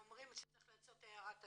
והם אומרים שצריך לעשות הערת אזהרה,